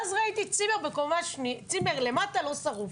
ואז ראיתי צימר למטה שהוא לא שרוף,